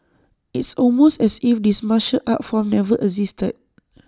it's almost as if this martial art form never existed